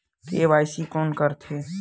KYC कोन करथे?